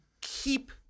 keep